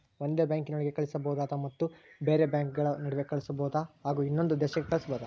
ಒಂದೇ ಬ್ಯಾಂಕಿನೊಳಗೆ ಕಳಿಸಬಹುದಾ ಮತ್ತು ಬೇರೆ ಬೇರೆ ಬ್ಯಾಂಕುಗಳ ನಡುವೆ ಕಳಿಸಬಹುದಾ ಹಾಗೂ ಇನ್ನೊಂದು ದೇಶಕ್ಕೆ ಕಳಿಸಬಹುದಾ?